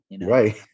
Right